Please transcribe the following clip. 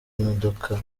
modoka